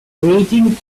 waiting